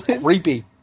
creepy